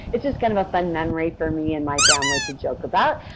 it's just kind of a fun memory for me and my family to joke about.